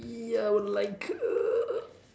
ya I would like a